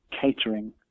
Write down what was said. catering